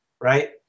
right